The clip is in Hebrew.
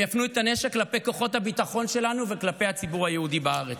הם יפנו את הנשק כלפי כוחות הביטחון שלנו וכלפי הציבור היהודי בארץ.